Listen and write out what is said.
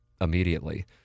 immediately